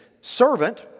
servant